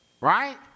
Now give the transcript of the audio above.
right